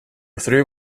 through